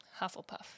Hufflepuff